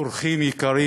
אורחים יקרים